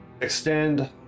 extend